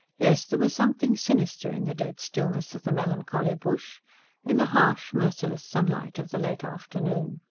yes, there was something sinister in the dead stillness of the melancholy bush in the harsh, merciless sunlight of the late afternoon.